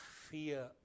fear